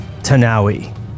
Tanawi